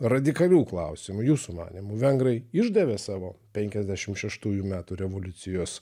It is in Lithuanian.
radikalių klausimų jūsų manymu vengrai išdavė savo penkiasdešim šeštųjų metų revoliucijos